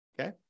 Okay